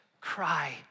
cry